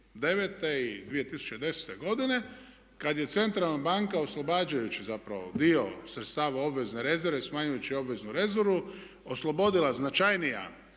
i 2010. godine kad je centralna banka oslobađajući zapravo dio sredstava obvezne rezerve, smanjujući obveznu rezervu oslobodila značajnija